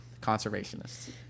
conservationists